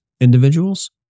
individuals